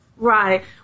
Right